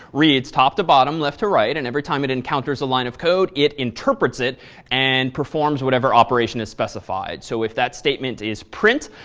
reads top to bottom, left to right, and every time it encounters a line of code it interprets it and performs whatever operation is specified. so if that statement is print,